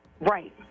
Right